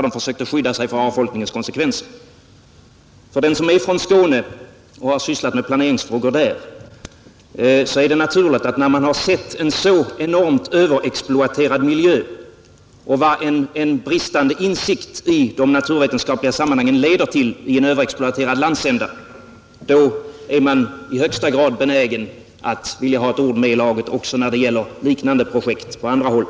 Den som är från Skåne, som där har sysslat med planeringsfrågor och sett en så enormt överexploaterad miljö och vet vad en bristande insikt i de naturvetenskapliga sammanhangen leder till i en sådan landsända, blir i högsta grad benägen att få ett ord med i laget också när det gäller liknande projekt på andra håll.